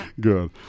Good